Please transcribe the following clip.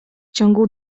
ciągu